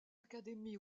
académie